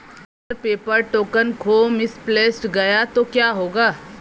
अगर paper token खो misplaced गया तो क्या होगा?